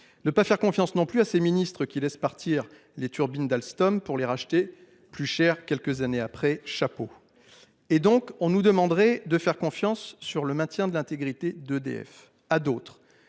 non plus faire confiance à ces ministres qui laissent partir les turbines d’Alstom pour les racheter plus cher quelques années après… Chapeau ! Et on nous demanderait de faire confiance sur le maintien de l’intégrité d’EDF ? À d’autres